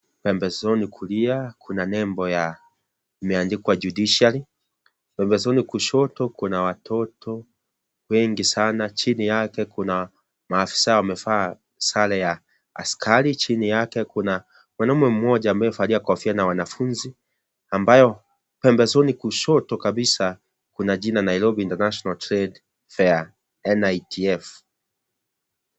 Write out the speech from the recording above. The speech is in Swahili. Pembezoni kulia kuna nembo ya imeandikwa [ cs] judiciary pembezoni kushoto kuna watoto wengi sana chini yake kuna maafisa wamevaa sare ya askari chini yake kuna mwanamme mmoja anayevalia kofia na wanafunzi ambayo pembezoni kushoto kabisa kuna jina Nairobi International Trade Fair NITF.